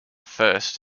first